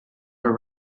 her